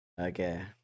Okay